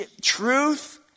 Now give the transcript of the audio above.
Truth